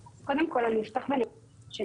קודם כל אני אפתח ואני אגיד ש-